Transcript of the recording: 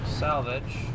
salvage